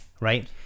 Right